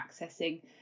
accessing